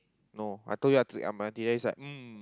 no I told you I took M_R_T then it's like mm